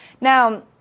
Now